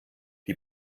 die